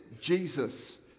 Jesus